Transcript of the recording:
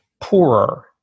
poorer